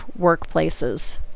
workplaces